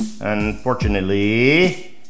Unfortunately